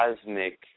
cosmic